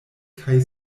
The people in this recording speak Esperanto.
kaj